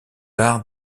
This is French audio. arts